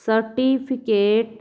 certificate